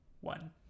one